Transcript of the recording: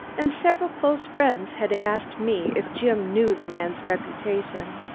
and several close friends had asked me if jim knew the man's reputation.